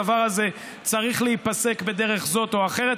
הדבר הזה צריך להיפסק בדרך זאת או אחרת.